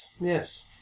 Yes